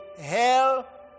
hell